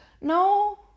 no